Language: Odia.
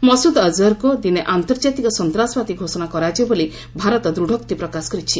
ମସୁଦ୍ ଅଜହର୍କୁ ଦିନେ ଆର୍ନ୍ତର୍ଜାତିକ ସନ୍ତାସବାଦୀ ଘୋଷଣା କରାଯିବ ବୋଳି ଭାରତ ଦୂଢ଼ୋକ୍ତି ପ୍ରକାଶ କରିଛି